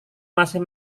masih